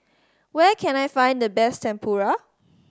where can I find the best Tempura